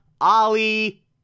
Ollie